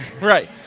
Right